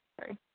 Sorry